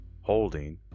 holding